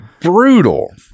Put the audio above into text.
brutal